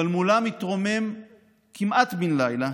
אבל מולם התרומם כמעט בין לילה